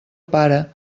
pare